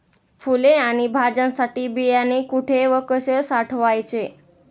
फुले आणि भाज्यांसाठी बियाणे कुठे व कसे साठवायचे?